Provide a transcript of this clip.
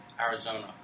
Arizona